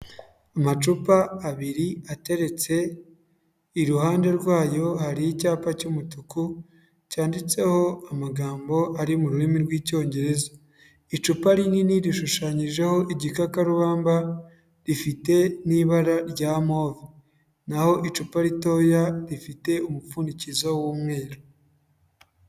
Amacupa abiri ateretse, iruhande rwayo hari icyapa cy'umutuku cyanditseho amagambo ari mu rurimi rw'icyongereza, icupa rinini rishushanyijeho igikakarubamba rifite n'ibara rya move, naho icupa ritoya rifite umupfundikizo w'umweru.